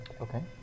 okay